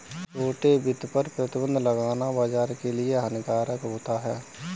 छोटे वित्त पर प्रतिबन्ध लगाना बाज़ार के लिए हानिकारक होता है